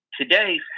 today